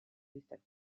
gustave